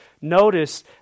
notice